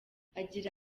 agira